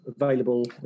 available